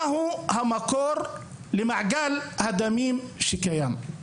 מהו המקור למעגל הדמים שקיים?